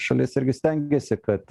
šalis irgi stengiasi kad